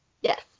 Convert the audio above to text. Yes